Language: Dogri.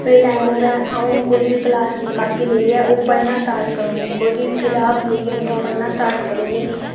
फ्री टाइम होवै आऊं कोई बी क्लास दी कापी लेइयै ओ पढ़ना स्टार्ट करू नी कोई बी किताब लेइयै उं'दी पढ़ना स्टार्ट करू नी